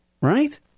right